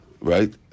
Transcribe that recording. right